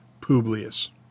Publius